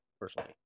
personally